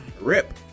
rip